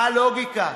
מה הלוגיקה?